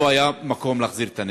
לא היה מקום להחזיר את הנשק.